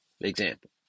Example